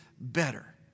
better